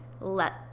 let